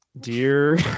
Dear